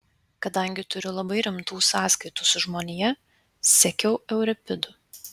kadangi turiu labai rimtų sąskaitų su žmonija sekiau euripidu